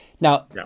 Now